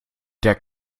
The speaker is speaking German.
der